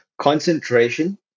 concentration